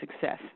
success